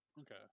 Okay